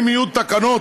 אם יהיו תקנות